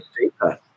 deeper